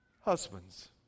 Husbands